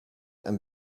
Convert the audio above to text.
and